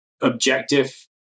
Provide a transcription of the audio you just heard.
objective